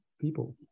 people